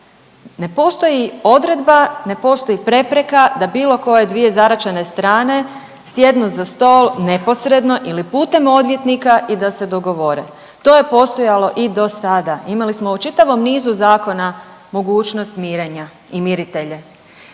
Ne postoji odredba, ne postoji prepreka da bilo koje dvije zaraćene strane sjednu za stol neposredno ili putem odvjetnika i da se dogovore. To je postojalo i dosada. Imali smo u čitavom nizu zakona mogućnost mirenja i miritelje.